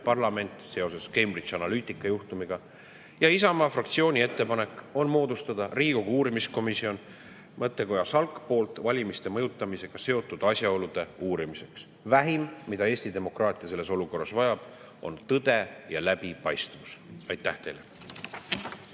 parlament seoses Cambridge Analytica juhtumiga. Isamaa fraktsiooni ettepanek on moodustada Riigikogu uurimiskomisjon mõttekoja SALK poolt valimiste mõjutamisega seotud asjaolude uurimiseks. Vähim, mida Eesti demokraatia selles olukorras vajab, on tõde ja läbipaistvus. Aitäh teile!